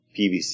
PVC